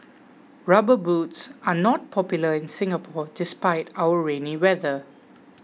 rubber boots are not popular in Singapore despite our rainy weather